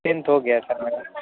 tenth ہو گیا ہے سر میرا